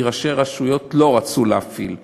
כי ראשי רשויות לא רצו להפעיל.